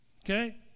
Okay